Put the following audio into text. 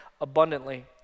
abundantly